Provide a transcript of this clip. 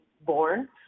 born